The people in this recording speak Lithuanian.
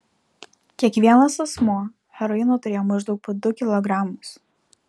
kiekvienas asmuo heroino turėjo maždaug po du kilogramus